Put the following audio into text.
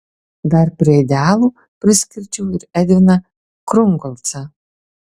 dar prie idealų priskirčiau ir edviną krungolcą